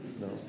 no